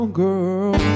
girl